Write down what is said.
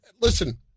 listen